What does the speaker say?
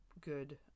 good